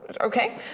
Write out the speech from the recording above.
Okay